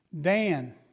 Dan